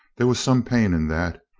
there was some pain in that.